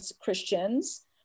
Christians